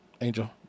Angel